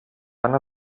ένα